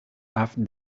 after